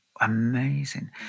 Amazing